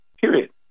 period